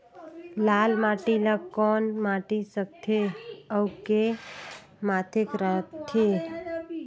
लाल माटी ला कौन माटी सकथे अउ के माधेक राथे?